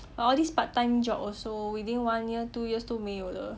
but all this part time job also within one year two years 都没有了